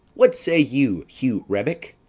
what say you, hugh rebeck?